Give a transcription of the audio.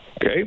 Okay